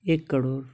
एक करोड